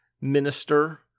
Minister